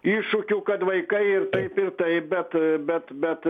iššūkių kad vaikai ir taip ir taip bet bet bet